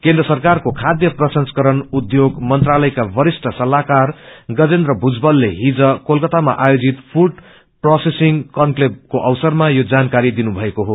केन्द्र सरकारको खाय्य प्रसंस्करण उच्योग मंत्रालयका वरिष्ठ सल्ताहकार गजेन्द्र भूजवलले हिज कालक्रतामा आयोजित फूड प्रेमेसिंग कांक्लेकको अवसरमा यो जानकारी दिनुभएको हो